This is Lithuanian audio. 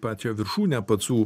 pačią viršūnę pacų